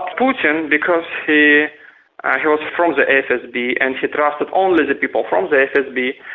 putin, because he ah he was from the fsb and he drafted only the people from the fsb,